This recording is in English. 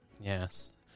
Yes